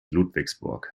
ludwigsburg